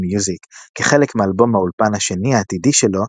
מיוזיק כחלק מאלבום האולפן השני העתידי שלו,